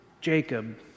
Jacob